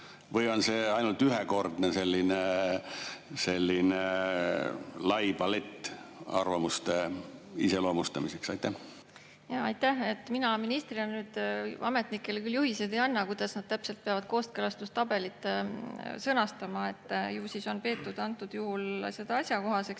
või on see ainult ühekordne selline lai palett arvamuste iseloomustamiseks? Aitäh! Mina ministrina ametnikele küll juhiseid ei anna, kuidas täpselt nad peavad kooskõlastustabelit sõnastama. Ju siis on peetud antud juhul seda asjakohaseks,